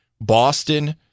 Boston